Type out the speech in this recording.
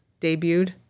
debuted